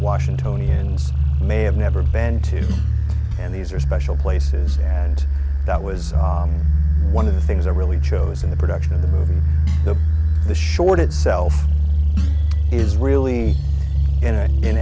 washingtonians may have never been to and these are special places and that was one of the things i really chose in the production of the movie the the short itself is really in